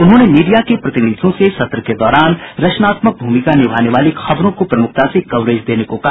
उन्होंने मीडिया के प्रतिनिधियों से सत्र के दौरान रचनात्मक भूमिका निभानेवाली खबरों को प्रमुखता से कवरेज देने को कहा